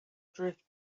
drift